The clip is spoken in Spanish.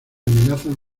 amenazan